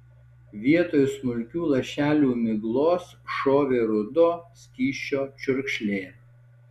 vietoj smulkių lašelių miglos šovė rudo skysčio čiurkšlė